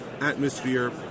atmosphere